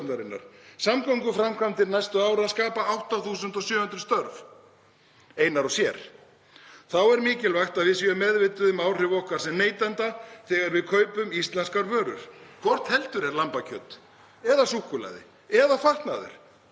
Samgönguframkvæmdir næstu ára skapa 8.700 störf einar og sér. Þá er mikilvægt að við séum meðvituð um áhrif okkar sem neytenda þegar við kaupum íslenskar vörur, hvort heldur er lambakjöt eða súkkulaði eða fatnaður.